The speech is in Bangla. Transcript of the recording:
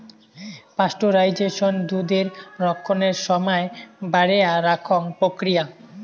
পাস্টুরাইজেশন দুধের রক্ষণের সমায় বাড়েয়া রাখং প্রক্রিয়া